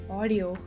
audio